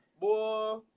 Boy